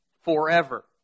forever